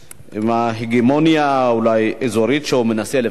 עם ההגמוניה, אולי, האזורית שהוא מנסה לפתח,